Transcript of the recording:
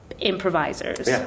improvisers